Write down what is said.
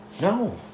No